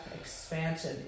expansion